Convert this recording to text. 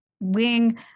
wing